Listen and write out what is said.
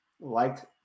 liked